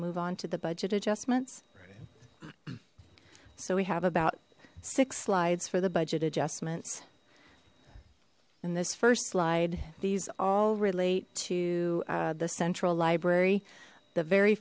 move on to the budget adjustments so we have about six slides for the budget adjustments and this first slide these all relate to the central library the very